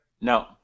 No